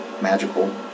magical